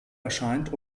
erscheint